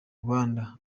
rwanda